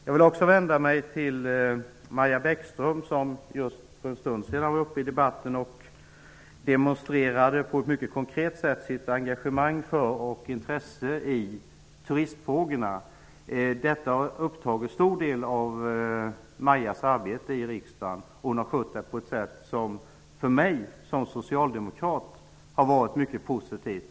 Jag vill också vända mig till Maja Bäckström, som för en stund sedan var uppe i debatten och på ett mycket konkret sätt demonstrerade sitt engagemang och intresse för turistfrågorna. Detta har upptagit stor del av Majas arbete i riksdagen. Hon har skött det arbetet på ett sätt som för mig som socialdemokrat har varit mycket positivt.